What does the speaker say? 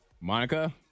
Monica